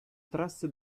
trasse